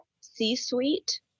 C-suite